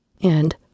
and